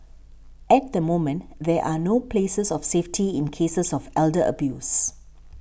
at the moment there are no places of safety in cases of elder abuse